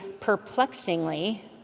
perplexingly